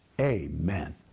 amen